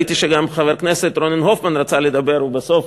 ראיתי שגם חבר הכנסת רונן הופמן רצה לדבר ובסוף